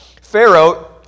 Pharaoh